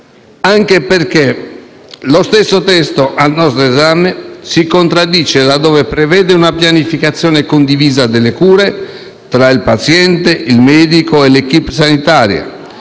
Anche perché lo stesso testo al nostro esame si contraddice laddove prevede una pianificazione condivisa delle cure tra il paziente, il medico e l'*équipe* sanitaria,